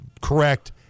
correct